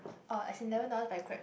oh as in eleven dollars by Grab